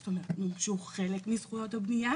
זאת אומרת מומשו חלק מזכויות הבנייה